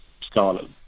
scarlet